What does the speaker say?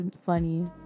funny